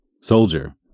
soldier